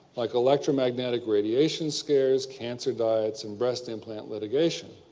like electromagnetic radiation scares, cancer diets, and breast implant litigation.